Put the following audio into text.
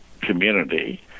community